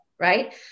Right